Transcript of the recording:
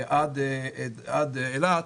עד אילת,